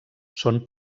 són